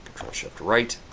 ctrl shift right.